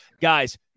Guys